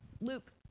Luke